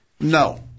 No